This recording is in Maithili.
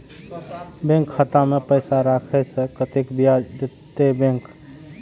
बैंक खाता में पैसा राखे से कतेक ब्याज देते बैंक?